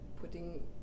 putting